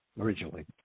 originally